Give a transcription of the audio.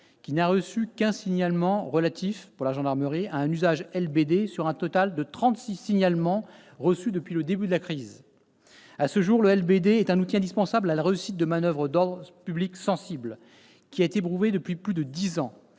qui n'a reçu qu'un signalement relatif à l'usage d'un LBD sur un total de trente-six signalements reçus depuis le début de la crise. À ce jour, le LBD est un outil indispensable à la réussite de manoeuvres d'ordre public sensibles, qui est éprouvé depuis plus de dix ans.